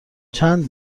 چند